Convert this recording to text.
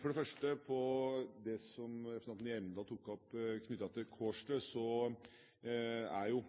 Først til det som representanten Hjemdal tok opp knyttet til Kårstø. Realiteten i saken er jo